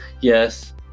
Yes